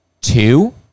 two